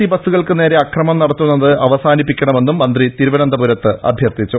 C ബസുകൾക്ക് നേരെ അക്രമം നട ത്തുന്നത് അവസാനിപ്പിക്കണമെന്നും മന്ത്രി തിരുവനന്തപുരത്ത് അഭ്യർത്ഥിച്ചു